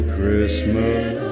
Christmas